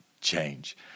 change